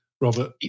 Robert